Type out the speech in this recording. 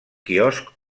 quiosc